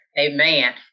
amen